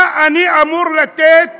מה אני אמור לתת